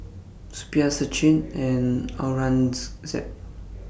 Suppiah Sachin and